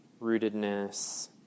rootedness